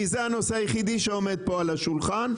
כי זה הנושא היחידי שעומד פה על השולחן,